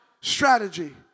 strategy